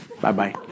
Bye-bye